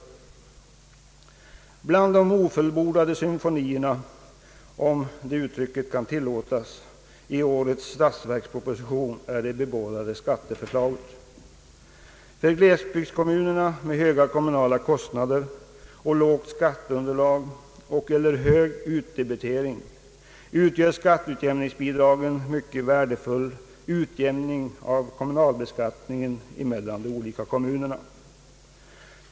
Till de ofullbordade symfonierna, om det uttrycket kan tillåtas, i årets För glesbygdskommunerna med höga kommunala kostnader och lågt skatteunderlag och/eller hög utdebitering utgör skatteutjämningsbidragen en mycket värdefull utjämning av kommunalbeskattningen de olika kommunerna emellan.